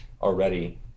already